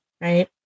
Right